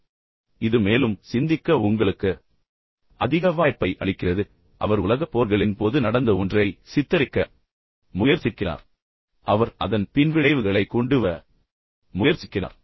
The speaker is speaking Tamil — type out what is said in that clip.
எனவே இது மேலும் சிந்திக்க உங்களுக்கு அதிக வாய்ப்பை அளிக்கிறது மேலும் அவர் உலகப் போர்களின் போது நடந்த ஒன்றை சித்தரிக்க முயற்சிக்கிறார் என்பதை நீங்கள் புரிந்துகொள்கிறீர்கள் பின்னர் அவர் அதன் பின்விளைவுகளைக் கொண்டுவர முயற்சிக்கிறார்